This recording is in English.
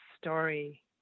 story